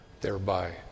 thereby